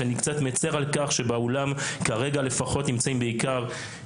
שאני קצת מצר על כך שבאולם כרגע לפחות נמצאים בעיקר